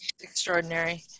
Extraordinary